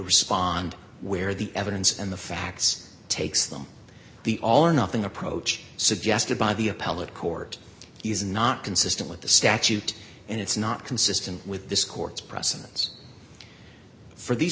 respond where the evidence and the facts takes them the all or nothing approach suggested by the appellate court is not consistent with the statute and it's not consistent with this court's precedents for these